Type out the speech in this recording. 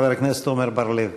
חבר הכנסת עמר בר-לב.